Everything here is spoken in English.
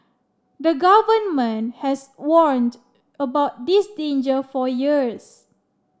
the Government has warned about this danger for years